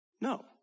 No